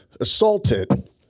assaulted